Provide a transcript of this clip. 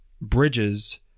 Bridges